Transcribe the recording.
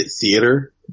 Theater